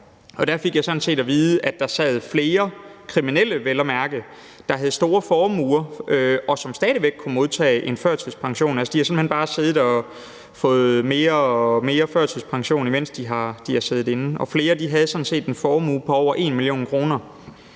jeg sådan set at vide, at der sad flere, vel at mærke kriminelle, der havde store formuer, og som stadig væk kunne modtage en førtidspension. De havde simpelt hen bare siddet og modtaget mere og mere førtidspension, mens de havde siddet inde, og flere af dem havde sådan set en formue på over en million.